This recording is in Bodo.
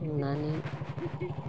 संनानै